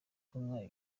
kumva